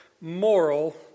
moral